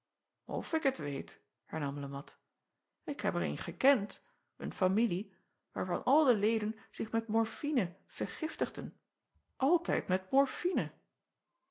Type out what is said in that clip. f ik het weet hernam e at ik heb er een gekend een familie waarvan al de leden zich met morfine vergiftigden altijd met